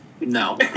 No